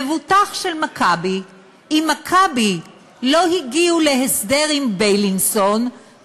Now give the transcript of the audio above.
מבוטח של "מכבי" אם "מכבי" לא הגיעו להסדר עם בילינסון,